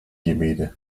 gibiydi